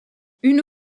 une